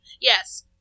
Yes